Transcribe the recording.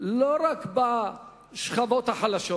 לא רק בשכבות החלשות.